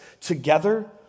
together